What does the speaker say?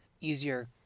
easier